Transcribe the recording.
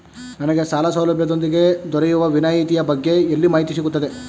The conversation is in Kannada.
ನನಗೆ ಸಾಲ ಸೌಲಭ್ಯದೊಂದಿಗೆ ದೊರೆಯುವ ವಿನಾಯತಿಯ ಬಗ್ಗೆ ಎಲ್ಲಿ ಮಾಹಿತಿ ಸಿಗುತ್ತದೆ?